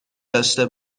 داشته